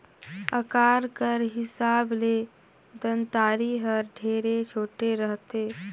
अकार कर हिसाब ले दँतारी हर ढेरे छोटे रहथे